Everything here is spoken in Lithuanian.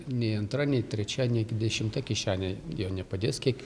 nei antra nei trečia nei dešimta kišenė jau nepadės kiek